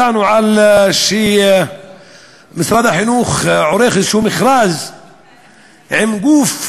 שמענו שמשרד החינוך עורך איזה מכרז עם גוף,